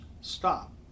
stop